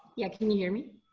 yeah, can you hear me?